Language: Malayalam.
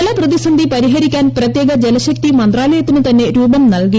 ജലപ്രതിസന്ധി പരിഹരിക്കാൻ പ്രത്യേക ജലശക്തി മന്ത്രാലയത്തിന് തന്നെ രൂപം നൽകി